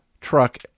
truck